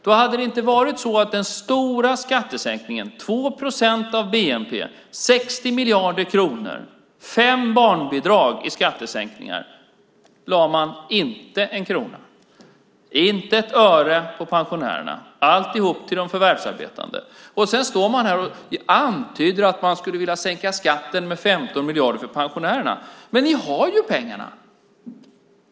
Då hade det inte varit så att man i den stora skattesänkningen - 2 procent av bnp, 60 miljarder kronor, fem barnbidrag i skattesänkningar - inte lade en krona, inte ett öre på pensionärerna. Alltihop gick till de förvärvsarbetande. Nu står man här och antyder att man skulle vilja sänka skatten med 15 miljarder för pensionärerna. Men ni har ju pengarna!